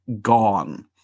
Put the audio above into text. gone